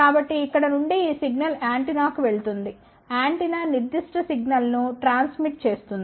కాబట్టి ఇక్కడ నుండి ఈ సిగ్నల్ యాంటెన్నాకు వెళుతుంది యాంటెన్నా నిర్దిష్ట సిగ్నల్ ను ట్రాన్స్మిట్ చేస్తుంది